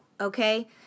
okay